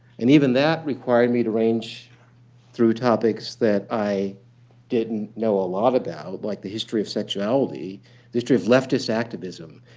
and even that required me to arrange through topics that i didn't know a lot about, like the history of sexuality, the history of leftist activism,